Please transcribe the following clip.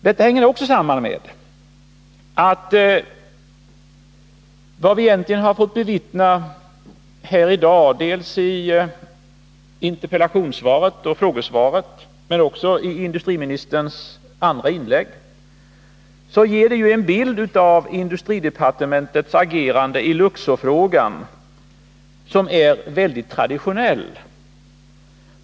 Detta hänger också samman med att vad vi fått bevittna här i dag — dels genom interpellationsoch frågesvaret, dels genom industriministerns andra inlägg Nr 33 ger en bild av industridepartementets agerande i Luxorfrågan, som är väldigt traditionsbunden.